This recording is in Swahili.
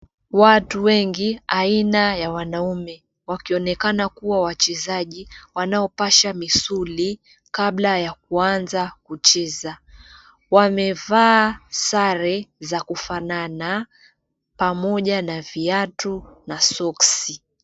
Watu wengi aina ya wanaume wakionekana kuwa wachezaji wanaopasha misuli kabla ya kuanza kucheza, wamevaa sare za kufanana pamoja na viatu na soksi.